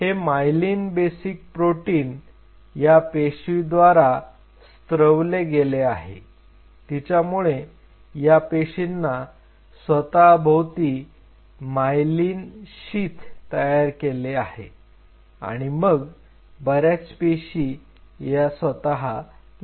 हे myelin basic protein या पेशी द्वारा स्त्रवले गेले आहे तिच्यामुळे या पेशींनी स्वतःभोवती मायलिन शीथ तयार केले आहे आणि मग बऱ्याच पेशी या स्वतः नष्ट होतात